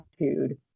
attitude